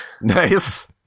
nice